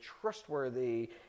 trustworthy